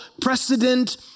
precedent